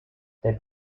the